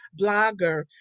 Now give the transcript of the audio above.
blogger